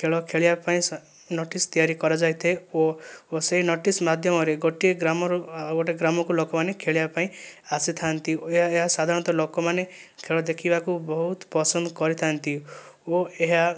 ଖେଳ ଖେଳିବା ପାଇଁ ସ ନୋଟିସ ତିଆରି କରାଯାଇଥାଏ ଓ ଓ ସେହି ନୋଟିସ ମାଧ୍ୟମରେ ଗୋଟିଏ ଗ୍ରାମରୁ ଆଉ ଗୋଟିଏ ଗ୍ରାମକୁ ଲୋକମାନେ ଖେଳିବା ପାଇଁ ଆସିଥାନ୍ତି ଓ ଏହା ସାଧାରଣତଃ ଲୋକମାନେ ଖେଳ ଦେଖିବାକୁ ବହୁତ ପସନ୍ଦ କରିଥାନ୍ତି ଓ ଏହା